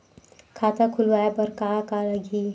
खाता खुलवाय बर का का लगही?